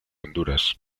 honduras